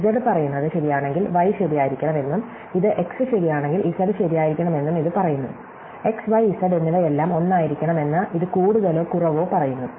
Z പറയുന്നത് ശരിയാണെങ്കിൽ y ശരിയായിരിക്കണം എന്നും ഇത് x ശരിയാണെങ്കിൽ z ശരിയായിരിക്കണമെന്നും ഇത് പറയുന്നു x y z എന്നിവയെല്ലാം ഒന്നായിരിക്കണം എന്ന് ഇത് കൂടുതലോ കുറവോ പറയുന്നു